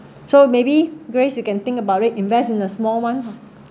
so maybe grace you can think about it invest in a small one ah